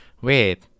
wait